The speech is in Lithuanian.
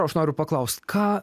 aš noriu paklaust ką